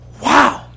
wow